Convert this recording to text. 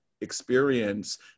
experience